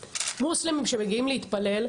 מוסלמים שמגיעים להתפלל.